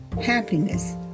happiness